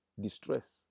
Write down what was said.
distress